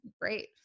great